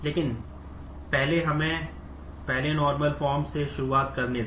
लेकिन पहले हमें पहले नार्मल फॉर्म में है